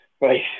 Right